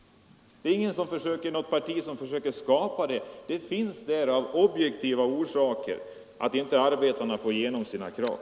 Det är inte något parti som försöker skapa oro. Den finns där av objektiva orsaker — att arbetarna inte får igenom sina krav.